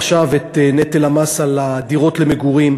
עכשיו את נטל המס על הדירות למגורים,